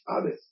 others